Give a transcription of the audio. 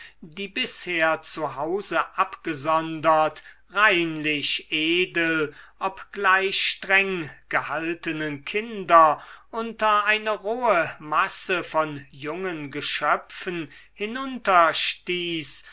die bisher zu hause abgesondert reinlich edel obgleich streng gehaltenen kinder unter eine rohe masse von jungen geschöpfen